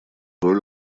роль